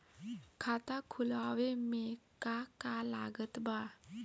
खाता खुलावे मे का का लागत बा?